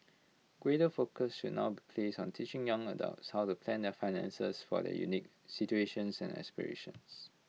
greater focus should not place on teaching young adults how to plan their finances for their unique situations and aspirations